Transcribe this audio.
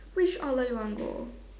which outlet you want go